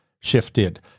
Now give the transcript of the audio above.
shifted